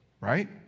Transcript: Right